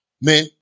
man